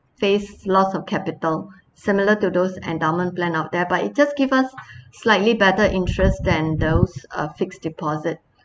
face loss of capital similar to those endowment plan out there but it just give us slightly better interest than those uh fixed deposit